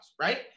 right